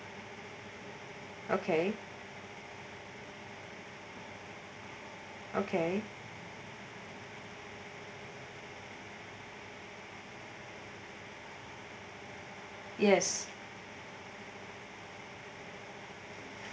okay okay yes